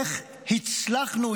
איך הצלחנו,